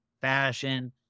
fashion